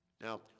Now